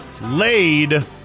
Laid